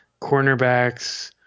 cornerbacks